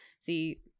See